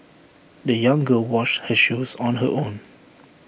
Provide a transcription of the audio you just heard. the young girl washed her shoes on her own